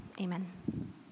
Amen